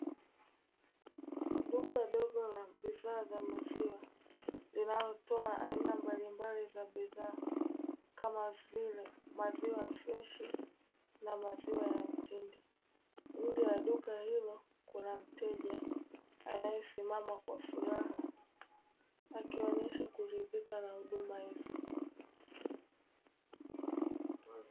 Duka dogo la bidhaa za maziwa linalotoa aina mbalimbali za bidhaa, kama vile maziwa freshi na maziwa ya mtindi. Nje ya duka hilo kuna mteja anayesimama kwa furaha, akionyesha kuridhika na huduma hizo.